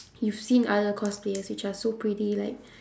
you seen other cosplayers which are so pretty like